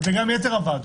וגם יתר הועדות.